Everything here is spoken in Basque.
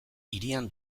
hirian